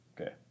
Okay